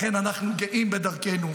לכן, אנחנו גאים בדרכנו.